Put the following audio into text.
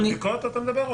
על מתחמי הבדיקות אתה מדבר?